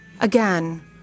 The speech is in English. Again